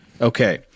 Okay